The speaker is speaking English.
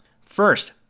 First